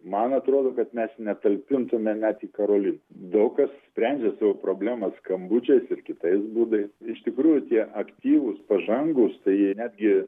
man atrodo kad mes netalpintume net į karolin daug kas sprendžia savo problemas skambučiais ir kitais būdais iš tikrųjų tie aktyvūs pažangūs ta jie netgi